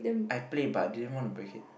I play but I didn't want to break it